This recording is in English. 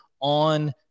on